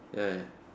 ya ya